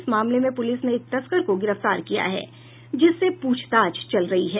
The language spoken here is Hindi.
इस मामले में पुलिस ने एक तस्कर को गिरफ्तार किया है जिससे पूछताछ चल रही है